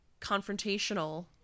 confrontational